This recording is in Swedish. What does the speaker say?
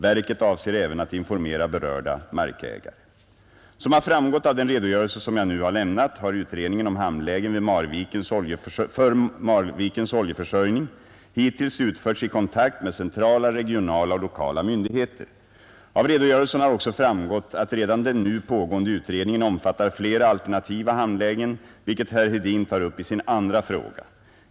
Verket avser även att informera berörda markägare. Som har framgått av den redogörelse som jag nu har lämnat har utredningen om hamnlägen för Marvikens oljeförsörjning hittills utförts i kontakt med centrala, regionala och lokala myndigheter. Av redogörelsen har också framgått att redan den nu pågående utredningen omfattar flera alternativa hamnlägen, vilket herr Hedin tar upp i sin andra fråga.